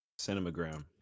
Cinemagram